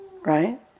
right